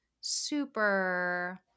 super